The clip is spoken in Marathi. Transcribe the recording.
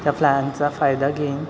त्या फ्लॅनचा फायदा घेईन